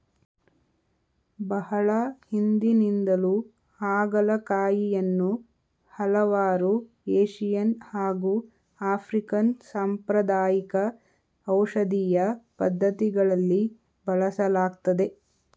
ಬಹಳ ಹಿಂದಿನಿಂದಲೂ ಹಾಗಲಕಾಯಿಯನ್ನು ಹಲವಾರು ಏಶಿಯನ್ ಹಾಗು ಆಫ್ರಿಕನ್ ಸಾಂಪ್ರದಾಯಿಕ ಔಷಧೀಯ ಪದ್ಧತಿಗಳಲ್ಲಿ ಬಳಸಲಾಗ್ತದೆ